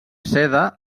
seda